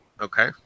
Okay